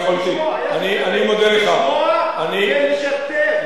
יש הבדל בין לשמוע לבין לשתף.